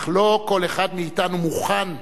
אך לא כל אחד מאתנו מוכן,